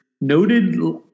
noted –